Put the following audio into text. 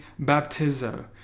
baptizo